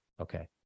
Okay